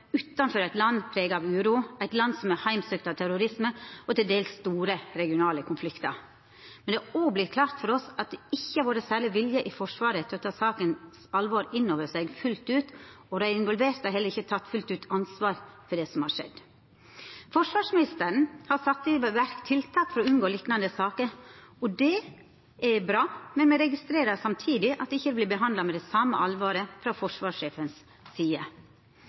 utanfor eit land prega av uro – eit land som er heimsøkt av terrorisme og til dels store regionale konfliktar. Men det har òg vorte klart for oss at det ikkje har vore særleg vilje i Forsvaret til å ta alvoret i saka inn over seg fullt ut, og dei involverte har heller ikkje fullt ut teke ansvar for det som har skjedd. Forsvarsministeren har sett i verk tiltak for å unngå liknande saker, og det er bra, men me registrerer samtidig at det ikkje vert behandla med det same alvoret frå forsvarssjefen si side.